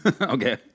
Okay